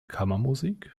kammermusik